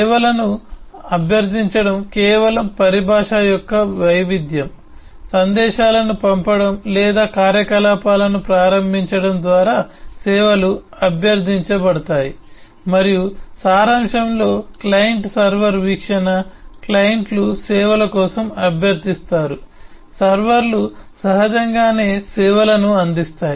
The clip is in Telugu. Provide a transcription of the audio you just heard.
సేవలను అభ్యర్థించడం కేవలం పరిభాష యొక్క వైవిధ్యం సందేశాలను పంపడం లేదా కార్యకలాపాలను ప్రారంభించడం ద్వారా సేవలు అభ్యర్థించబడతాయి మరియు సారాంశంలో క్లయింట్ సర్వర్ వీక్షణ క్లయింట్లు సేవల కోసం అభ్యర్థిస్తారు సర్వర్లు సహజంగానే సేవలను అందిస్తాయి